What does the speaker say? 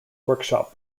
workshop